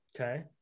Okay